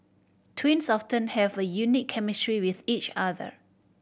twins often have a unique chemistry with each other